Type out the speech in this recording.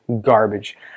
garbage